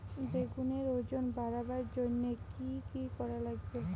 বেগুনের ওজন বাড়াবার জইন্যে কি কি করা লাগবে?